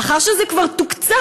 לאחר שזה כבר תוקצב,